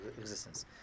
existence